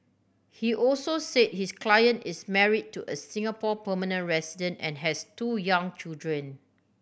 he also said his client is married to a Singapore permanent resident and has two young children